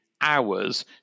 hours